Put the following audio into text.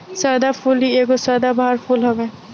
सदाफुली एगो सदाबहार फूल हवे